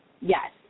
yes